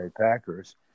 Packers